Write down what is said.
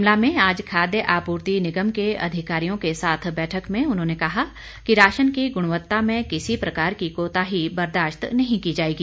शिमला में आज खाद्य आपूर्ति निगम के अधिकारियों के साथ बैठक में उन्होंने कहा कि राशन की गुणवत्ता में किसी प्रकार की कोताही बर्दाश्त नहीं की जाएगी